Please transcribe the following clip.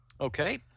okay